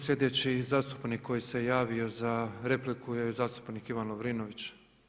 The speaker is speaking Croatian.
Sljedeći zastupnik koji se javio za repliku je zastupnik Ivan Lovrinović.